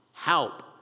Help